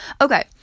Okay